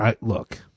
look